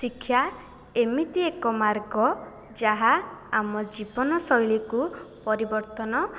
ଶିକ୍ଷା ଏମିତି ଏକ ମାର୍ଗ ଯାହା ଆମ ଜୀବନଶୈଳୀକୁ ପରିବର୍ତ୍ତନ